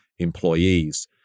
Employees